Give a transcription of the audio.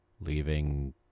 leaving